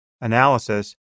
analysis